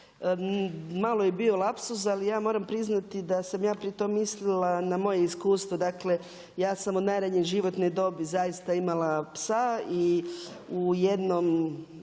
malo je bio lapsus, ali ja moram priznati da sam ja pri tom mislila na moje iskustvo. Dakle ja sam od najranije životne dobi imala psa i u jednom